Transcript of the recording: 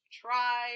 try